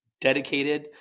dedicated